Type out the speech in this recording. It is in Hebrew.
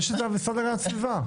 יש משרד להגנת הסביבה.